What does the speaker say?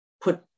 put